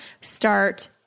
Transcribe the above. start